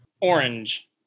Orange